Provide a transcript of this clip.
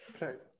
right